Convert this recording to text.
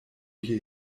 hier